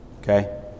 Okay